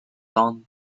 done